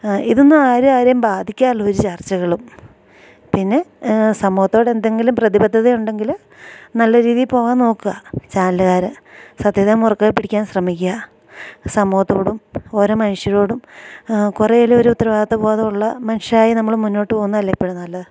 ഇതൊന്നും ആരെയും ബാധിക്കാറില്ല ഒരു ചർച്ചകളും പിന്നെ സമൂഹത്തോടെന്തെങ്കിലും പ്രതിബദ്ധതയുണ്ടെങ്കില് നല്ല രീതിയില് പോകാൻ നോക്കുക ചാനലുകാര് സത്യതെ മുറുകെപ്പിടിക്കാൻ ശ്രമിക്കുക സമൂഹത്തോടും ഓരോ മനുഷ്യരോടും കുറെയെങ്കിലുമൊരു ഉത്തരവാദിത്തബോധമുള്ള മനുഷ്യരായി നമ്മള് മുന്നോട്ടുപോകുന്നതല്ലെ എപ്പോഴും നല്ലത്